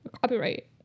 Copyright